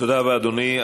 תודה רבה, אדוני.